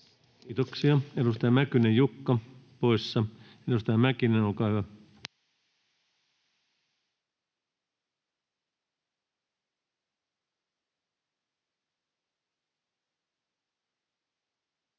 Kiitoksia. — Edustaja Mäkynen, Jukka poissa. — Edustaja Mäkinen, olkaa hyvä.